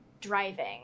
driving